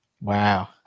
Wow